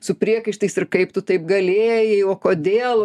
su priekaištais ir kaip tu taip galėjai o kodėl